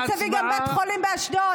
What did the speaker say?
שטייניץ הביא גם בית חולים באשדוד.